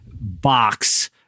box